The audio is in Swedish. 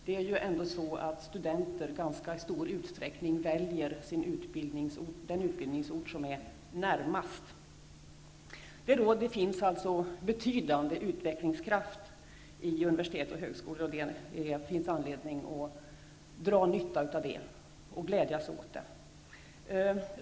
Det är ju ändå så att studenter i ganska stor utsträckning väljer den utbildningsort som ligger närmast. Det finns alltså en betydande utvecklingskraft i universitet och högskolor, och det finns anledning att dra nytta av det och glädjas åt det.